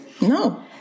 No